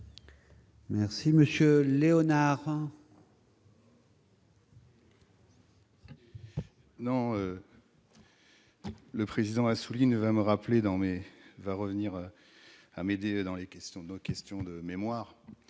Merci monsieur Léonard.